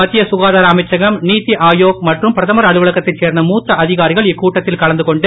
மத்திய சுகாதார அமைச்சகம் நீத்தி ஆயோக் மற்றும் பிரதமர் அலுவலகத்தைச் சேர்ந்த மூத்த அதிகாரிகள் இக்கூட்டத்தில் கலந்துகொண்டு